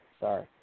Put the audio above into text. Sorry